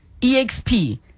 EXP